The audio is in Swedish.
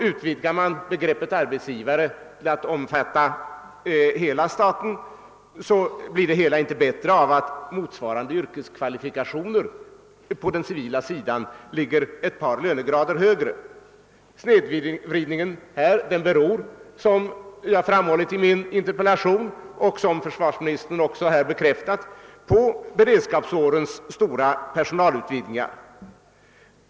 Utvidgar man begreppet arbetsgivare till att omfatta hela staten, blir det hela inte bättre av att tjänster med motsvarande yrkeskvalifikationer på den civila sidan ligger ett par lönegrader högre. Snedvridningen beror — vilket jag framhållit i min interpellation och försvarsministern här bekräftat — på beredskapsårens stora personalutvidgningar.